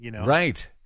Right